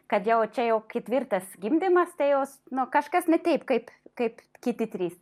kad jau čia jau ketvirtas gimdymas tai jos nu kažkas ne taip kaip kaip kiti trys